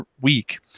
week